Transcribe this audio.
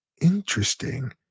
Interesting